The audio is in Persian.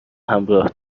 همراه